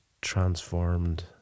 transformed